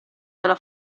della